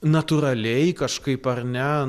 natūraliai kažkaip ar ne